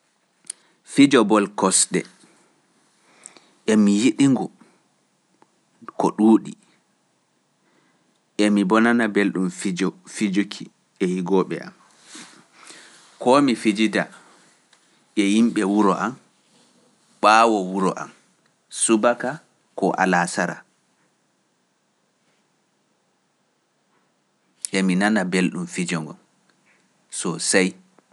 Fijo bol kosde, emi yiɗi ngo ko ɗuuɗi, emi bo nana belɗum fijuki e higooɓe am, koo mi fijida e yimɓe wuro am, ɓaawo wuro am subaka ko alaa sara, emi nana belɗum fijo ngo, sosey.